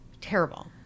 terrible